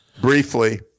briefly